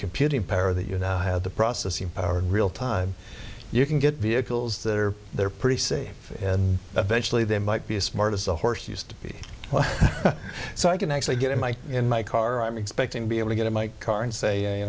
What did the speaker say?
computing power that you now have the processing power of real time you can get vehicles that are there pretty safe and eventually they might be as smart as a horse used to be well so i can actually get in my in my car i'm expecting to be able to get in my car and say you